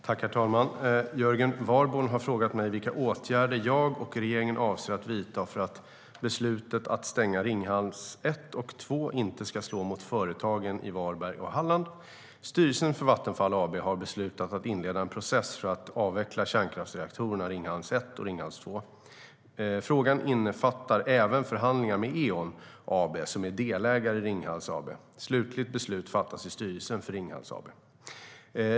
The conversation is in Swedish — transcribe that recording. Herr talman! Jörgen Warborn har frågat mig vilka åtgärder jag och regeringen avser att vidta för att beslutet att stänga Ringhals 1 och 2 inte ska slå mot företagen i Varberg och Halland. Styrelsen för Vattenfall AB har beslutat att inleda en process för att avveckla kärnkraftsreaktorerna Ringhals 1 och 2. Frågan innefattar även förhandling med Eon AB, som är delägare i Ringhals AB. Slutligt beslut fattas i styrelsen för Ringhals AB.